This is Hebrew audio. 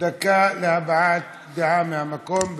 דקה להבעת דעה מהמקום.